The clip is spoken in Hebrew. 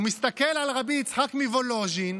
הוא מסתכל על רבי יצחק מוולוז'ין,